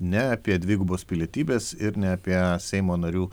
ne apie dvigubos pilietybės ir ne apie seimo narių